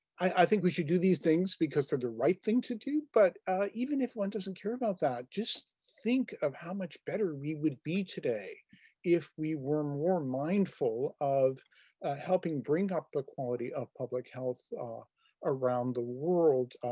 i think we should do these things because they're the right thing to do. but even if one doesn't care about that, just think of how much better we would be today if we were more mindful of helping bring up the quality of public health around the world,